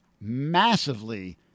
massively